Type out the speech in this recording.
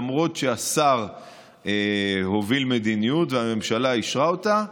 למרות שהשר הוביל מדיניות והממשלה אישרה אותה,